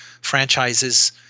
franchises